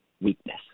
weakness